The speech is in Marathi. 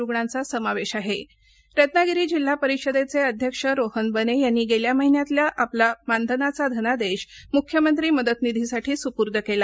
रत्नागिरी जिल्हा परिषदेचे अध्यक्ष रोहन बने यांनी गेल्या महिन्यातल्या आपल्या मानधनाचा धनादेश मुख्यमंत्री मदत निधीसाठी सुपूर्द केला